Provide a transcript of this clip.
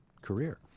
career